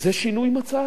זה שינוי מצב.